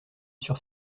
sur